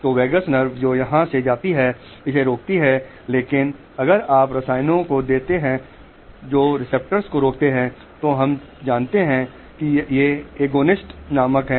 तो VAGUS NERVE जो यहां से जाती है इसे रोकती है लेकिन अगर आप रसायनों को देते हैं जो रिसेप्टर्स को रोकते हैं तो हम जानते हैं कि AGONIST नामक हैं